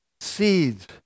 seeds